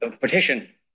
petition